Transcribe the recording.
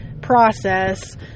process